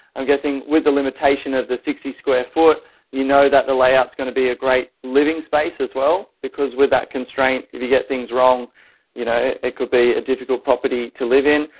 i'm guessing with the limitation at the sixty square foot you know that the layouts are going to be a great living space as well because without constraint if you get things wrong you know it could be a difficult property to live in.